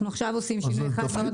אנחנו עכשיו עושים שינוי אחד.